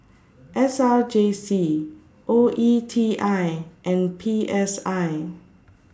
S R J C O E T I and P S I